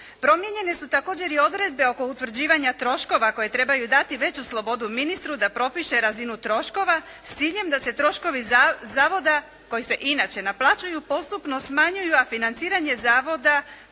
Promijenjene su također i odredbe oko utvrđivanja troškova koje trebaju dati veću slobodu ministru da propiše razinu troškova s ciljem da se troškovi zavoda koji se inače naplaćuju postupno smanjuju, a financiranje zavoda